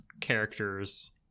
characters